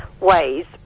ways